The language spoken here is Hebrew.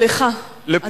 סליחה.